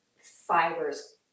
fibers